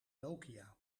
nokia